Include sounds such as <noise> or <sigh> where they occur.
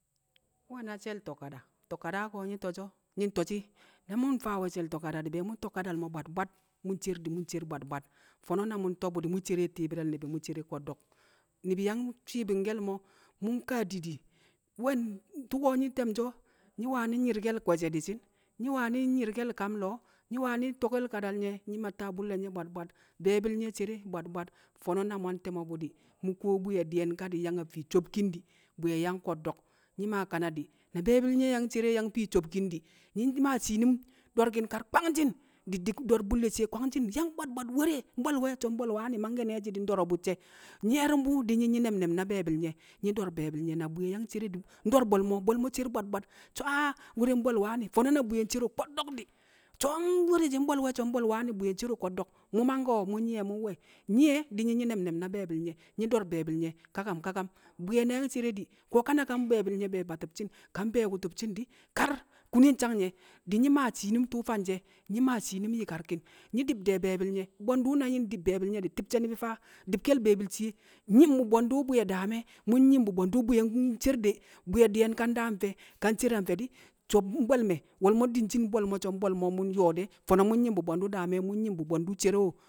Nwe̱ na she̱l to̱ kada, to̱ kada ko̱ nyi̱ to̱shi̱ o̱ nyi̱ nto̱shi̱, na nyi̱ mfaa we̱ she̱l to̱ kada di̱ bẹẹ mu̱ to̱ kadal mo̱ bwad bwad, mu̱ ncer di̱ mu̱ cer bwad bwad Fo̱no̱ na mu̱ nto̱ bu̱ di̱ mu̱ cere ti̱i̱bi̱rre̱l ni̱bi̱ mu̱ cere ko̱ddo̱k, ni̱bi̱ yang cwi̱i̱bi̱ngke̱l mo̱, mu̱ nkaa didi. We̱ n <hesitation> tu̱ko̱ nyi̱ te̱mshi̱ o̱, nyi̱ wani̱ nyi̱rke̱l kwe̱she̱ di̱shi̱n, nyi̱ wani̱ nyi̱rke̱l kam lo̱o̱, nyi̱ wani̱ to̱kẹl kadal nyẹ nyi̱ matta bu̱lle̱ nye̱ bwad bwad. Be̱e̱bi̱l nye̱ cere bwad bwad, fo̱no̱ na mu̱ an te̱mo̱ bu̱ di̱, mu̱ kuwo bwi̱yẹ di̱ye̱n ka di̱ nyang fii sobkin di̱, bwi̱ye̱ yang ko̱ddo̱k Nyi̱ maa kanadị, na be̱bi̱l nyẹ yang fii sobkin di̱, nyi̱ maa shiinum do̱rki̱n kar kwangshi̱n. di̱ di̱d do̱r bu̱lle̱ shiye yang bwad bwad were bwe̱l we̱, so̱ mbwe̱l wani mangke̱ ne̱e̱shɪ di̱ ndo̱ro̱ bu̱cce̱ Nyi̱ye̱ru̱mbu̱ di̱ nyi̱ nyi̱ ne̱m ne̱m na be̱e̱bi̱l nye̱. nyi̱ do̱r be̱e̱bi̱l nye̱, na bwi̱yẹ yang cere di̱, ndo̱r bo̱l mo̱, bo̱l mo̱ cer bwad bwad so̱ ah were mbwe̱l wani̱, fo̱no̱ na bwi̱ƴɛ ncero ko̱ddo̱k di̱, so̱ hmm were shẹ mbwe̱l we̱ so̱ mbwe̱l wani̱ bwi̱yẹ ncero ko̱ddo̱k, mu̱ mangkẹ o̱? Mu̱ nyi̱yẹ mu̱ we̱, nyi̱ye̱ di̱ nyi̱ nyi̱ ne̱m ne̱m na bẹẹbi̱l nye̱, nyi̱ do̱r be̱e̱bi̱l nye̱ kakam kakam Bwi̱ye̱ na yang cere di̱, kanaka mbe̱e̱bi̱l nye̱ be̱e̱ batu̱nshi̱n ka mbe̱e̱ wu̱tu̱bshi̱n di̱, kar kunen nsang nye̱, di̱ nyi̱ maa shiinum tu̱u̱ fanshe̱, nyi̱ maa shiinum yi̱karki̱n, nyi̱ di̱b de̱ be̱e̱bi̱l nye̱, na nyi̱ ndi̱b be̱e̱bi̱l nye̱ di̱, mbwe̱ndu̱ na nyi̱ ndi̱b be̱e̱bi̱l nye̱ di̱, ti̱bshẹ ni̱bi̱ faa di̱bke̱l be̱e̱bi̱l shiye, nyi̱m bu̱ bwe̱ndu̱ bwi̱ye̱ daam e̱. Mu̱ nyi̱m bu̱ bwe̱ndu̱ bwi̱yẹ <hesitation> ncer de, bwi̱ye̱ di̱ye̱m ka ndaa a mfe̱ di̱, ka ncer a mfe̱ di̱, so̱ <hesitation> mbwe̱l me̱, wo̱lmo̱ dinshin mbo̱l mo̱ so̱ mbo̱l mo̱ mu̱ nyo̱o̱ de̱, fo̱no̱ mu̱ nyi̱m bu̱ bwe̱ndu̱ daam e̱ mu̱ nyi̱m bu̱ bwe̱ndu̱ cere?